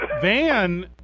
Van